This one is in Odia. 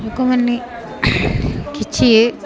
ଲୋକମାନେ କିଛି